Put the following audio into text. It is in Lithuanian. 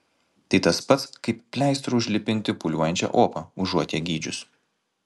tai tas pat kaip pleistru užlipinti pūliuojančią opą užuot ją gydžius